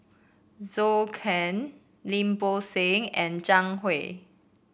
Zhou Can Lim Bo Seng and Zhang Hui